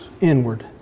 inward